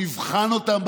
נבחן אותן,